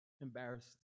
embarrassed